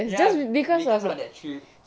ya because of that trip